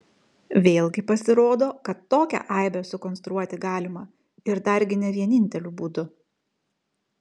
vėlgi pasirodo kad tokią aibę sukonstruoti galima ir dargi ne vieninteliu būdu